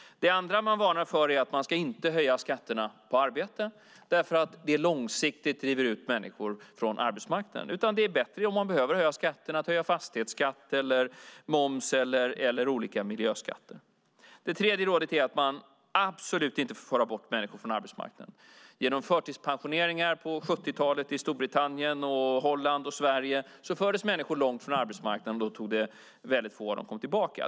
Det andra man varnar för är att höja skatterna på arbete, eftersom det långsiktigt driver ut människor från arbetsmarknaden. Om man behöver höja skatterna är det bättre att höja fastighetsskatt, moms eller olika miljöskatter. Det tredje rådet är att man absolut inte får föra bort människor från arbetsmarknaden. Genom förtidspensioneringar på 70-talet i Storbritannien, Holland och Sverige fördes människor långt från arbetsmarknaden, och väldigt få av dem kom tillbaka.